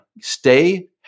stay